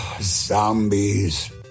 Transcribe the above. zombies